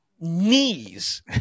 knees